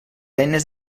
eines